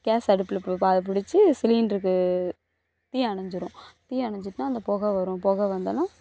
case அடுப்பில் ப பா அது பிடிச்சி சிலிண்டருக்கு தீ அணைஞ்சிரும் தீ அணைஞ்சிட்னா அந்த புக வரும் புக வந்தாலும்